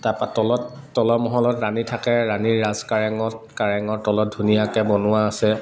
তাৰপা তলত তলৰ মহলত ৰাণী থাকে ৰাণীৰ ৰাজ কাৰেঙত কাৰেঙৰ তলত ধুনীয়াকে বনোৱা আছে